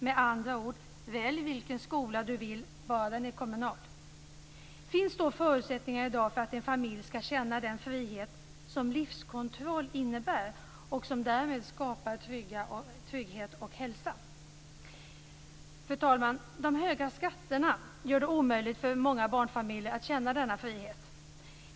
Med andra ord: Välj vilken skola du vill, bara den är kommunal. Finns då förutsättningarna i dag för att en familj skall känna den frihet som livskontroll innebär och som därmed skapar trygghet och hälsa? Fru talman! De höga skatterna gör det omöjligt för många barnfamiljer att känna denna frihet.